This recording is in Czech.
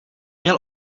jel